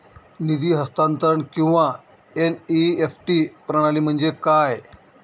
निधी हस्तांतरण किंवा एन.ई.एफ.टी प्रणाली म्हणजे काय?